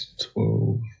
twelve